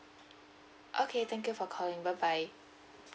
okay thank you for calling bye bye